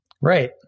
Right